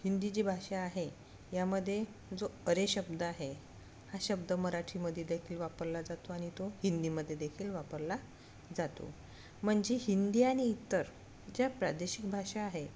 हिंदी जी भाषा आहे यामध्ये जो अरे शब्द आहे हा शब्द मराठीमध्ये देखील वापरला जातो आणि तो हिंदीमध्ये देखील वापरला जातो म्हणजे हिंदी आणि इतर ज्या प्रादेशिक भाषा आहे